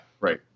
right